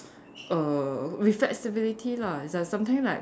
err with flexibility lah it's like sometimes like